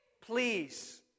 Please